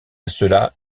cela